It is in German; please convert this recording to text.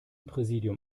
präsidium